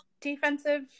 defensive